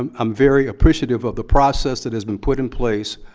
um i'm very appreciative of the process that has been put in place,